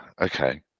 okay